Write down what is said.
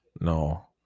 no